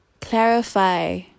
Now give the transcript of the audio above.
clarify